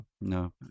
no